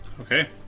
Okay